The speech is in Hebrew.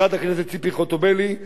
חבר הכנסת דוד רותם,